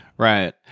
Right